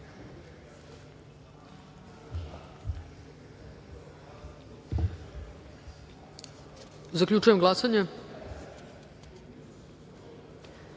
DS.Zaključujem glasanje: